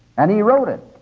and he wrote it.